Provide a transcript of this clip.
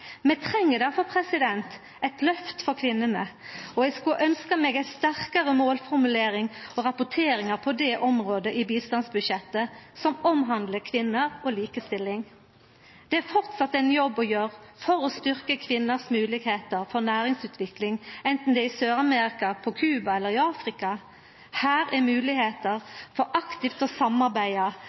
treng difor eit løft for kvinnene, og eg kunne ønskje meg ei sterkare målformulering og rapporteringar på det området i bistandsbudsjettet som handlar om kvinner og likestilling. Det er framleis ein jobb å gjera for å styrkja kvinners moglegheiter for næringsutvikling, enten det er i Sør-Amerika, på Cuba eller i Afrika. Her er det moglegheiter for aktivt å